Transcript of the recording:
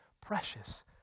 precious